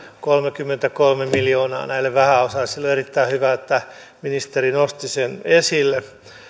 kolmekymmentäkolme miljoonaa näille vähäosaisille on erittäin hyvä että ministeri nosti sen esille